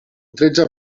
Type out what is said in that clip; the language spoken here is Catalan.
tretze